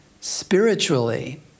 spiritually